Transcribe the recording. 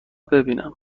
ببینم